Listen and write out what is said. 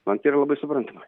man tai yra labai suprantama